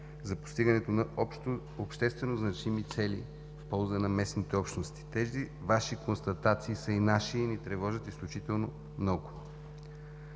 за постигането на обществено значими цели в полза на местните общности. Тези Ваши констатации са и наши и ни тревожат изключително много.